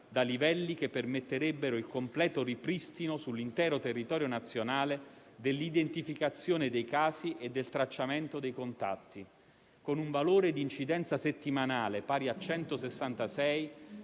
da livelli che permetterebbero il completo ripristino sull'intero territorio nazionale dell'identificazione dei casi e del tracciamento dei contatti. Con un valore di incidenza settimanale pari a 166,